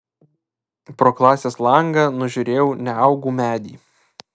pro klasės langą nužiūrėjau neaugų medį